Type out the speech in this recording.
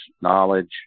knowledge